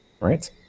Right